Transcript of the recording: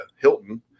Hilton